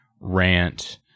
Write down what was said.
rant